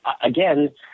again